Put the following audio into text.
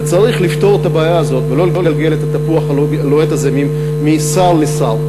וצריך לפתור את הבעיה הזאת ולא לגלגל את התפוח הלוהט הזה משר לשר,